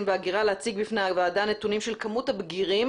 וההגירה להציג בפני הוועדה נתונים של כמות הבגירים